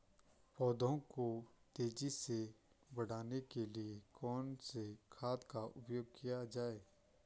पौधों को तेजी से बढ़ाने के लिए कौन से खाद का उपयोग किया जाए?